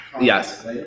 Yes